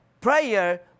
prayer